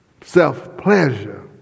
self-pleasure